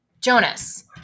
Jonas